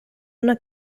una